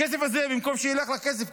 הכסף הזה, הכסף הקואליציוני,